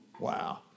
Wow